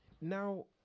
Now